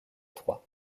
trois